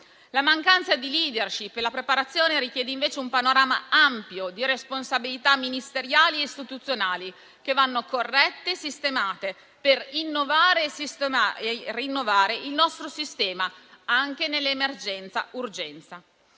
La mancanza di *leadership* e di preparazione richiede invece un panorama ampio di responsabilità ministeriali e istituzionali che vanno corrette e sistemate per rinnovare il nostro sistema anche nell'emergenza-urgenza.